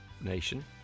nation